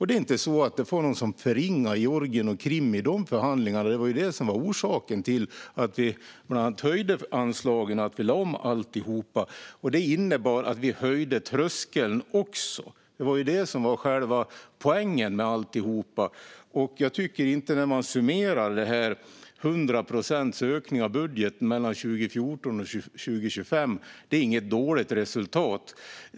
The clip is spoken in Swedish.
Det var inte någon som förringade Georgien och Krim i de förhandlingarna. Det var ju detta som var orsaken till att vi bland annat höjde anslagen och att vi lade om alltihop. Det innebar att vi höjde tröskeln också. Det var det som var själva poängen med alltihop. Man kan summera detta. Det är 100 procents ökning av budgeten mellan 2014 och 2025. Det är inget dåligt resultat.